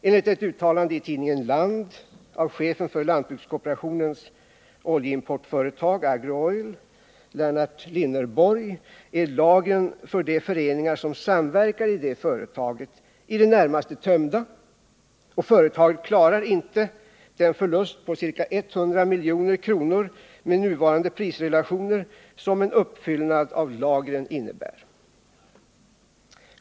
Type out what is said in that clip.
Enligt ett uttalande i tidningen Land av chefen för lantbrukskooperationens oljeimportföretag Agro Oil Lennart Linnerborg är lagren för de föreningar som samverkar i företaget i det närmaste tömda, och företaget klarar inte den förlust på ca 100 miljoner med nuvarande prisrelationer som en uppfyllnad av lagren innebär.